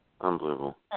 Unbelievable